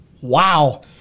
Wow